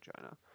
China